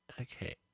Okay